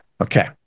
Okay